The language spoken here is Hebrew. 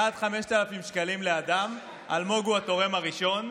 זה עד 5,000 שקלים לאדם, אלמוג הוא התורם הראשון.